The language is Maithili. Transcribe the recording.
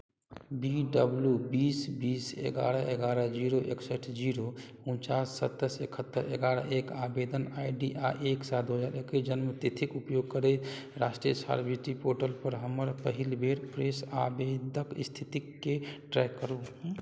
बी डब्लू बीस बीस एगारह एगारह जीरो एकसठि जीरो उनचास सत्ताइस एकहत्तरि एगारह एक आवेदन आइ डी आ एक सात दू हजार एकैस जन्मतिथिक उपयोग करैत राष्ट्रिय छात्रवृत्ति पोर्टलपर हमर पहिल बेर फ्रेश आवेदक स्थितिकेँ ट्रैक करू